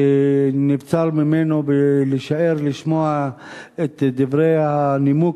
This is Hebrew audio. שנבצר ממנו להישאר לשמוע את דברי הנימוק